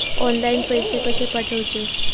Online पैसे कशे पाठवचे?